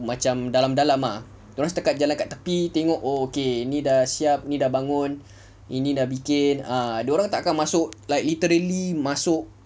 macam dalam-dalam ah dia orang setakat jalan dekat tepi tengok oh okay ini dah siap ini dah bangun ini dah bikin dia orang tak akan masuk like literally masuk